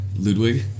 Ludwig